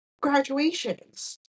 graduations